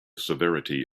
severity